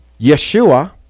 Yeshua